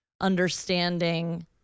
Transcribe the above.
understanding